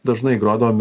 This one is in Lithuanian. dažnai grodavom